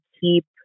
keep